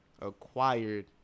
acquired